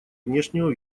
внешнего